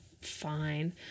fine